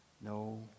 No